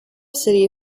city